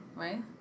right